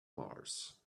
mars